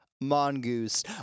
mongoose